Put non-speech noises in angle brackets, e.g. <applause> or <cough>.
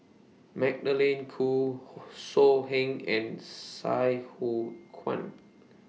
Magdalene Khoo <noise> So Heng and Sai Hua Kuan